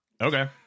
Okay